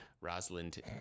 Rosalind